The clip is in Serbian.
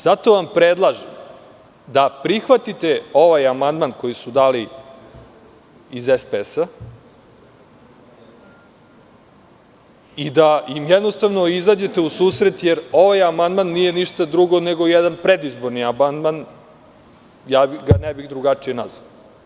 Zato vam predlažem da prihvatite ovaj amandman koji su dali iz SPS-a i da im jednostavno izađete u susret, jer ovaj amandman nije ništa drugo nego jedan predizborni amandman, drugačije ga ne bih nazvao.